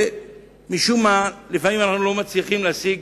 ומשום מה לפעמים אנחנו לא מצליחים להשיג